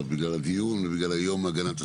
בגלל הדיון ובגלל היום להגנת הסביבה,